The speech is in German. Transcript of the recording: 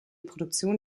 produktion